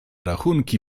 rachunki